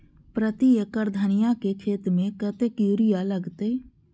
प्रति एकड़ धनिया के खेत में कतेक यूरिया लगते?